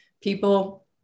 people